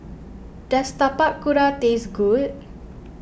does Tapak Kuda taste good